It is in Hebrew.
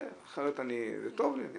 אחרת אני זה טוב לי,